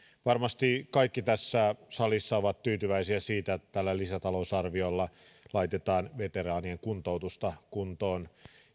varmasti kaikki tässä salissa ovat tyytyväisiä siitä että tällä lisätalousarviolla laitetaan veteraanien kuntoutusta kuntoon